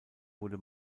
wurde